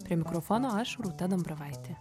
prie mikrofono aš rūta dambravaitė